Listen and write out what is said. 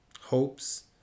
hopes